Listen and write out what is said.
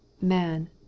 man